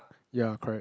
ya correct